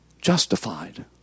Justified